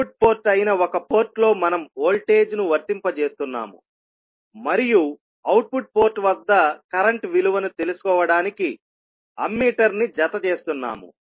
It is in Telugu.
ఇన్పుట్ పోర్ట్ అయిన ఒక పోర్టులో మనం వోల్టేజ్ ను వర్తింపజేస్తున్నాము మరియు అవుట్పుట్ పోర్ట్ వద్ద కరెంట్ విలువను తెలుసుకోవడానికి అమ్మీటర్ ని జతచేస్తున్నాము